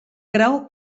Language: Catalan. grau